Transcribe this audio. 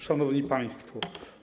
Szanowni Państwo!